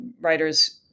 writers